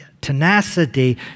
tenacity